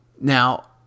Now